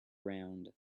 round